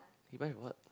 he buy for what